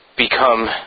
become